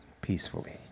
Peacefully